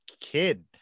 kid